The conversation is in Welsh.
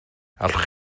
allwch